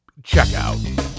checkout